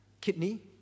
kidney